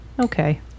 okay